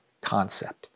concept